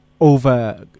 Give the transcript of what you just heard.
over